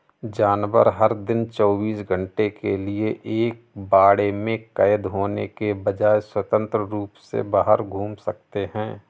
जानवर, हर दिन चौबीस घंटे के लिए एक बाड़े में कैद होने के बजाय, स्वतंत्र रूप से बाहर घूम सकते हैं